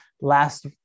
Last